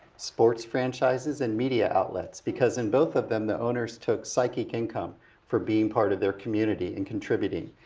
sports franchises and media outlets. because in both of them the owners took psychic income for being part of their community and contributing.